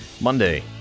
Monday